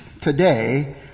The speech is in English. today